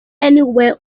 anywhere